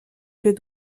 que